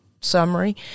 summary